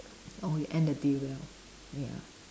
or you end the day well ya